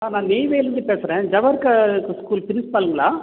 sir நான் நெய்வேலிலேருந்து பேசுகிறேன் ஜவர்கர் ஸ்கூல் பிரின்ஸ்பல்ங்களா